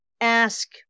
ask